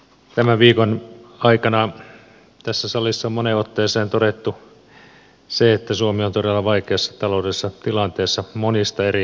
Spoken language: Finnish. tämän viikon aikana tässä salissa on moneen otteeseen todettu se että suomi on todella vaikeassa taloudellisessa tilanteessa monista eri syistä